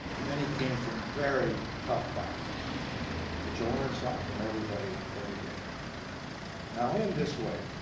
many came from very tough backgrounds but you learn something from everybody every day and i'll end this way,